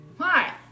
Hi